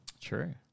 True